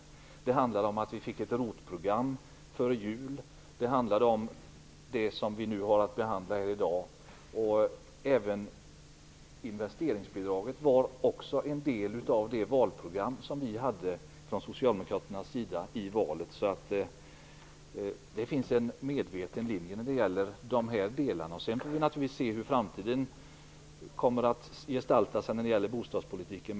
Det handlade om ett ROT-program före jul. Det handlade även om det vi har att behandla här i dag. Även investeringsbidraget var en del av det program som vi socialdemokrater hade före valet. Det finns en medveten linje i de här delarna. Vi får naturligtvis se sedan hur framtiden kommer att gestalta sig när det gäller bostadspolitiken.